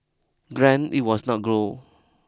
granted it was not grow